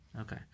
Okay